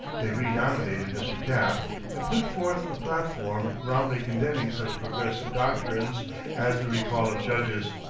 they renominated mr. taft and put forth a platform roundly condemning such progressive doctrines as the recall of judges.